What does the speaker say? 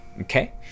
Okay